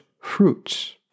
fruits